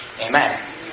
Amen